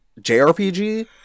JRPG